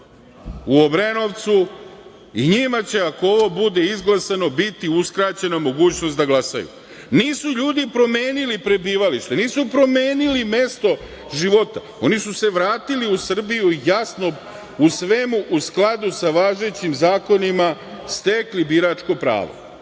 u Obrenovcu i njima će, ako ovo bude izglasano, biti uskraćena mogućnost da glasaju. Nisu ljudi promenili prebivalište, nisu promenili mesto života, oni su se vratili u Srbiju i jasno u svemu, u skladu sa važećim zakonima stekli biračko